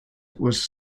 was